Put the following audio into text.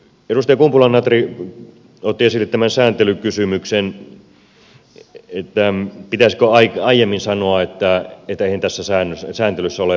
edustaja kumpula natri otti esille tämän sääntelykysymyksen että pitäisikö aiemmin sanoa että eihän tässä sääntelyssä ole paljonkaan järkeä